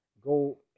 go